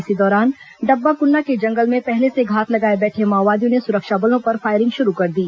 इसी दौरान डब्बा कुन्ना के जंगल में पहले से घात लगाए बैठे माओवादियों ने सुरक्षा बलों पर फायरिंग शुरू कर दी